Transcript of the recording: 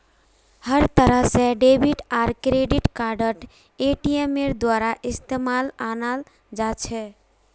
हर तरह से डेबिट आर क्रेडिट कार्डक एटीएमेर द्वारा इस्तेमालत अनाल जा छे